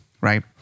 right